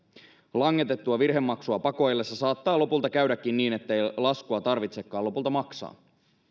langetettua virhemaksua pakoillessa saattaa lopulta käydäkin niin ettei laskua tarvitsekaan lopulta maksaa